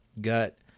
gut